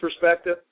perspective